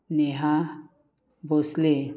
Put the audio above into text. Neha Bhonsle